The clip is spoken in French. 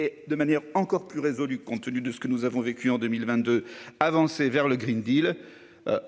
et de manière encore plus résolu compte tenu de ce que nous avons vécu en 2022. Avancer vers le Green Deal.